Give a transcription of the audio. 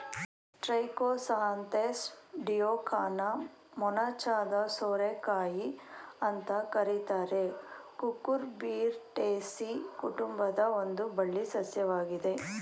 Trichosanthes dioica ಮೊನಚಾದ ಸೋರೆಕಾಯಿ ಅಂತ ಕರೀತಾರೆ ಕುಕುರ್ಬಿಟೇಸಿ ಕುಟುಂಬದ ಒಂದು ಬಳ್ಳಿ ಸಸ್ಯವಾಗಿದೆ